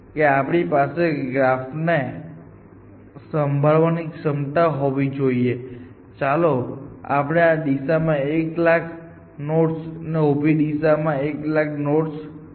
આપણી પાસે આ ગ્રાફને સંભાળવાની ક્ષમતા હોવી જોઈએ ચાલો આપણે આ દિશામાં એક લાખ નોડ્સ અને ઊભી દિશામાં એક લાખ નોડ્સ કહીએ